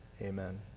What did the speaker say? amen